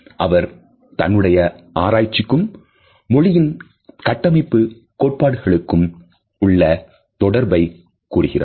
அவர் தன்னுடைய ஆராய்ச்சிக்கும் மொழியின் கட்டமைப்பு கோட்பாடுகளுக்கும் உள்ள தொடர்பை கூறுகிறார்